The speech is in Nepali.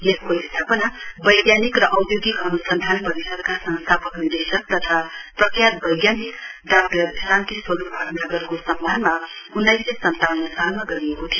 यसको स्थापना वैज्ञानिक र औधोगिक अनुसन्दान परिषदका संस्थापक निदेशक तथा प्रख्यात वैज्ञानिक डाक्टर शान्तिस्वरुप भटनागरको सम्मानमा उन्नाइस सय सन्ताउन्न सालमा गरिएको थियो